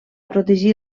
protegir